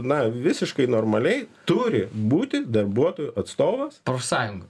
na visiškai normaliai turi būti darbuotojų atstova profsąjungų